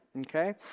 okay